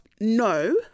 No